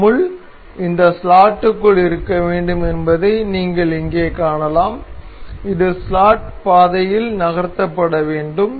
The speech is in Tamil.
இந்த முள் இந்த ஸ்லாட்டுக்குள் இருக்க வேண்டும் என்பதை நீங்கள் இங்கே காணலாம் இது ஸ்லாட் பாதையில் நகர்த்தப்பட வேண்டும்